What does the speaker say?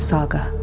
Saga